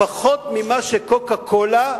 פחות ממה ש"קוקה-קולה"